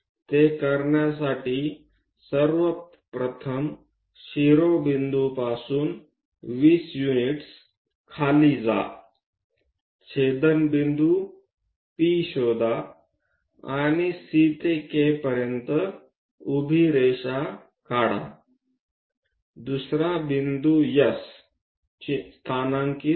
ते करण्यासाठी सर्वप्रथम शिरोबिंदूपासून 20 युनिट्स खाली जा छेदनबिंदू P शोधा आणि C ते K पर्यंत उभी रेषा काढा दुसरा बिंदू S स्थानांकित करा